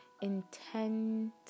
intent